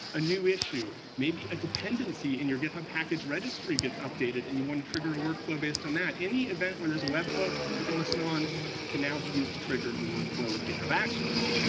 a new issue, maybe a dependency in your github package registry gets updated and you want to trigger a workflow based on that. any event where there's a webhook that you can listen on can now be used to trigger a workflow with github actions.